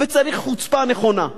וצריך חוצפה נכונה.